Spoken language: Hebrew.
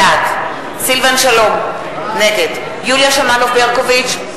בעד סילבן שלום, נגד יוליה שמאלוב-ברקוביץ,